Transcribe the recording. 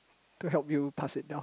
to help you pass it down